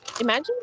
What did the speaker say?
Imagine